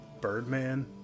Birdman